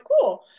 cool